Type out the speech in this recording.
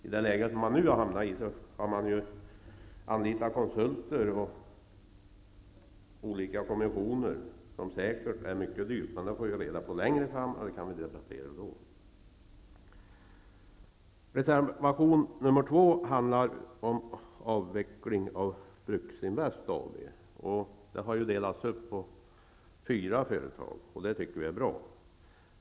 I det läge som man nu har hamnat i skall man anlita konsulter och olika kommissioner, vilket säkert är mycket dyrt. Det får vi reda på längre fram och kan debattera det då. Bruksinvest AB. Det har delats upp på fyra företag, och det är bra.